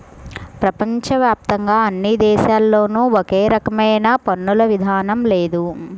ప్రపంచ వ్యాప్తంగా అన్ని దేశాల్లోనూ ఒకే రకమైన పన్నుల విధానం లేదు